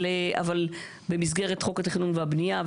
אבל במסגרת חוק התכנון והבנייה,